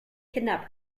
kidnap